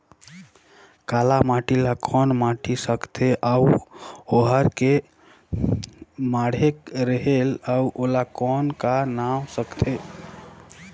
काला माटी ला कौन माटी सकथे अउ ओहार के माधेक रेहेल अउ ओला कौन का नाव सकथे?